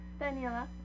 Daniela